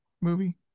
movie